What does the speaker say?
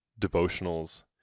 devotionals